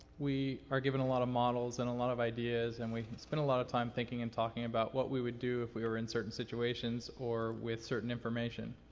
we are given a lot of models and a lot of ideas and we spend a lot of time thinking and talking about what we would do if we were in certain situations or with certain information.